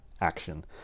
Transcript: action